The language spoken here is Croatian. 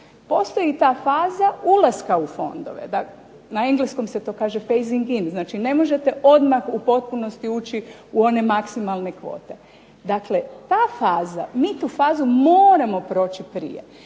postoji ta faza ulaska u fondove, na engleskom se to kaže fazing in, znači ne možete odmah u potpunosti ući u one maksimalne kvote, mi tu fazu moramo proći prije,